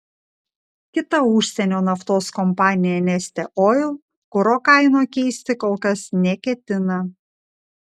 kita užsienio naftos kompanija neste oil kuro kainų keisti kol kas neketina